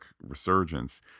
resurgence